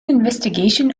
investigation